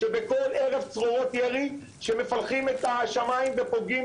בכל ערב צרורות ירי שמפלחים את השמים ופוגעים